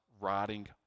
writing